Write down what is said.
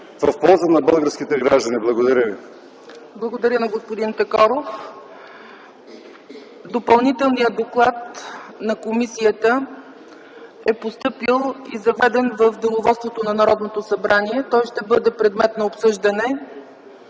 в полза на българските граждани. Благодаря ви. ПРЕДСЕДАТЕЛ ЦЕЦКА ЦАЧЕВА: Благодаря на господин Такоров. Допълнителният доклад на комисията е постъпил и заведен в деловодството на Народното събрание. Той ще бъде предмет на обсъждане